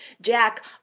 Jack